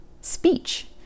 speech